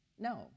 No